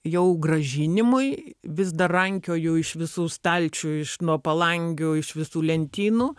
jau grąžinimui vis dar rankioju iš visų stalčių iš nuo palangių iš visų lentynų